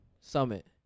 summit